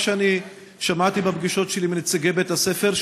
מה שאני שמעתי בפגישות שלי עם נציגי בית-הספר,